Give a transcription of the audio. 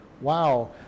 wow